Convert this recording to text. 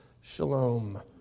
shalom